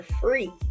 free